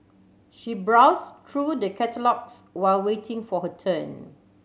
she browsed through the catalogues while waiting for her turn